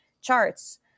charts